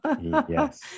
Yes